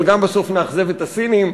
אבל גם בסוף נאכזב את הסינים,